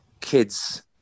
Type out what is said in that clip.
kids